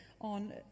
on